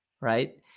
right